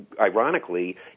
ironically